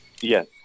Yes